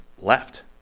left